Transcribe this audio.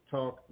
Talk